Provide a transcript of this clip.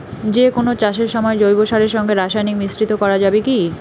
যে কোন চাষের সময় জৈব সারের সঙ্গে রাসায়নিক মিশ্রিত করা যাবে কি?